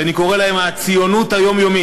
שאני קורא להם "הציונות היומיומית"